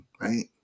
right